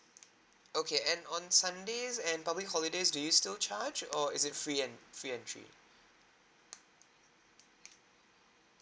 okay and on sundays and public holidays do you still charge or is it free en free entry